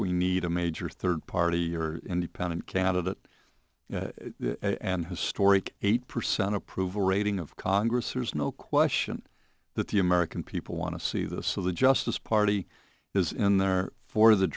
we need a major third party or independent candidate and historic eight percent approval rating of congress there's no question that the american people want to see this so the justice party is in there for the